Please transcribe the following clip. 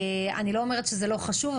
אני לא אומרת שזה לא חשוב,